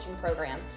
program